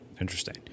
Interesting